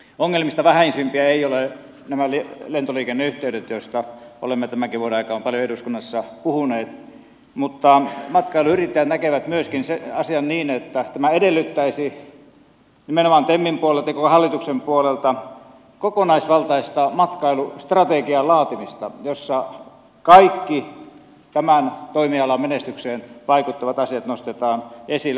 ongelmista vähäisimpiä eivät ole nämä lentoliikenneyhteydet joista olemme tämänkin vuoden aikana paljon eduskunnassa puhuneet mutta matkailuyrittäjät näkevät myöskin sen asian niin että tämä edellyttäisi nimenomaan temin puolelta kuten hallituksen puolelta kokonaisvaltaista matkailustrategian laatimista jossa kaikki tämän toimialan menestykseen vaikuttavat asiat nostetaan esille